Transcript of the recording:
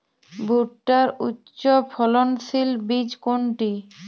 ভূট্টার উচ্চফলনশীল বীজ কোনটি?